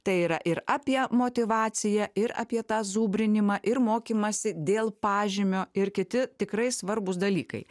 tai yra ir apie motyvaciją ir apie tą zubrinimą ir mokymąsi dėl pažymio ir kiti tikrai svarbūs dalykai